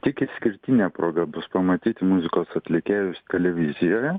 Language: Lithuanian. tik išskirtinė proga bus pamatyti muzikos atlikėjus televizijoje